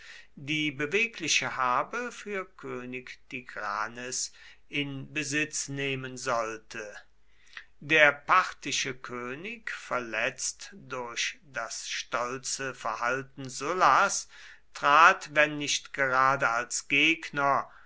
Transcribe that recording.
die bewegliche habe für könig tigranes in besitz nehmen sollte der parthische könig verletzt durch das stolze verhalten sullas trat wenn nicht gerade als gegner